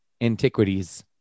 antiquities